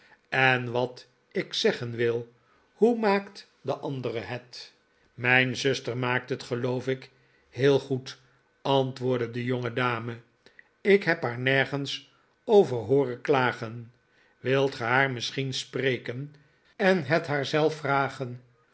en wat ik zeggen wil hoe maakt de andere net mijn zuster maakt net geloof ik r heel goed antwoordde de jongedame ik heb haar nergens over hooren klagen wilt ge haar misschien spreken en het haar zelf vragen